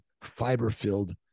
fiber-filled